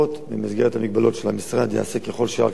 במסגרת המגבלות של המשרד, ייעשה ככל שרק ניתן.